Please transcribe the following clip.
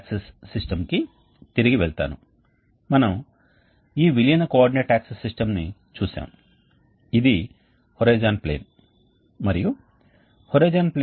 కాబట్టి చల్లని ప్రవాహం నిర్దిష్ట ఉష్ణ శక్తిని పొందుతుంది మరియు ఇప్పుడు ఈ చల్లని ప్రవాహం ద్వారా ఈ వేడి వాయువుతో ఖాళీఎగ్జాస్ట్ అయ్యేంత ఉష్ణ శక్తిని మేము తిరిగి పొందాము మరియు దానిని ఉపయోగించుకోవచ్చు